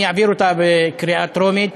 אני אעביר אותה בקריאה טרומית,